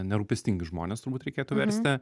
nerūpestingi žmonės turbūt reikėtų versti